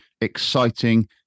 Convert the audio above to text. exciting